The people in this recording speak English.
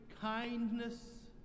kindness